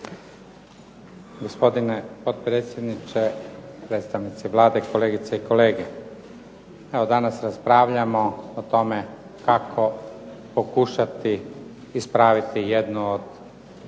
Gospodine potpredsjedniče, predstavnici Vlade, kolegice i kolege. Evo danas razgovaramo kako ispraviti jednu od